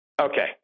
Okay